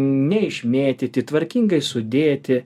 neišmėtyti tvarkingai sudėti